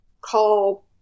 call